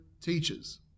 Teachers